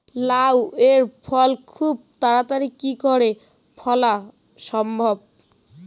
লাউ এর ফল খুব তাড়াতাড়ি কি করে ফলা সম্ভব?